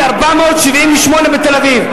פי-478 מאשר בתל-אביב.